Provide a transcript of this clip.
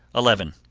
eleven.